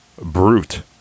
brute